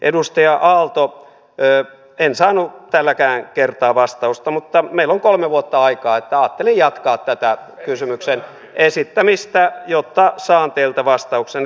edustaja aalto en saanut tälläkään kertaa vastausta mutta meillä on kolme vuotta aikaa niin että ajattelin jatkaa tätä kysymyksen esittämistä jotta saan teiltä vastauksen